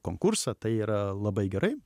konkursą tai yra labai gerai